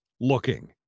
looking